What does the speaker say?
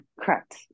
Correct